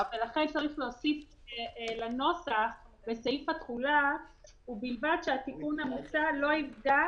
לכן צריך להוסיף לנוסח בסעיף התחולה "ובלבד שהתיקון המוצע לא יפגע